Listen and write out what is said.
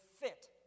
fit